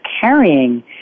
carrying